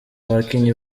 abakinnyi